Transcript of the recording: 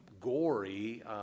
gory